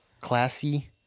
classy